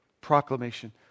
proclamation